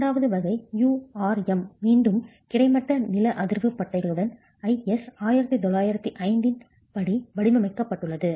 இரண்டாவது வகை யுஆர்எம் மீண்டும் கிடைமட்ட நில அதிர்வு பட்டைகளுடன் IS 1905 இன் படி வடிவமைக்கப்பட்டுள்ளது